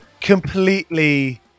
completely